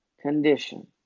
condition